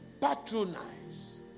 patronize